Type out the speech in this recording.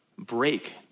break